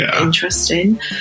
interesting